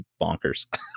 bonkers